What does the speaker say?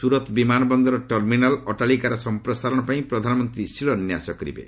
ସୁରତ୍ ବିମାନ ବନ୍ଦରର ଟର୍ମିନାଲ୍ ଅଟ୍ଟାଳିକାର ସମ୍ପ୍ରସାରଣ ପାଇଁ ପ୍ରଧାନମନ୍ତ୍ରୀ ଶିଳାନ୍ୟାାସ କରିବେ